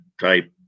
type